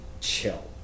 chill